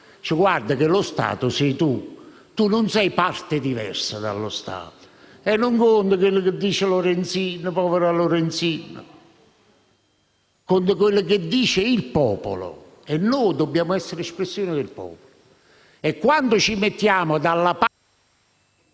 fatto che lo Stato sono loro e non parte diversa dallo Stato. E non conta ciò che dice la Lorenzin, povera Lorenzin. Conta ciò che dice il popolo. Noi dobbiamo essere espressione del popolo. E, quando ci mettiamo dalla parte